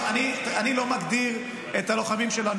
אני לא מגדיר את הלוחמים שלנו,